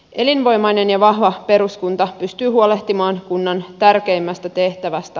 elinvoimainen ja vahva peruskunta pystyy huolehtimaan kunnan tärkeimmästä tehtävästä